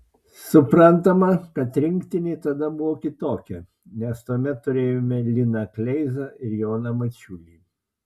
suprantama kad rinktinė tada buvo kitokia nes tuomet turėjome liną kleizą ir joną mačiulį